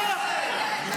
בושה.